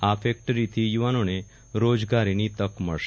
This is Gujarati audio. આ ફેકટરી થી યુવાનોને રોજગારીની તક મળશે